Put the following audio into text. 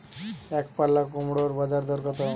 একপাল্লা কুমড়োর বাজার দর কত?